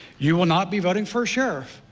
you will not be voting for a sheriff,